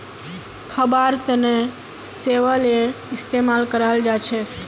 खाबार तनों शैवालेर इस्तेमाल कराल जाछेक